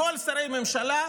מכל שרי הממשלה,